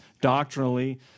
doctrinally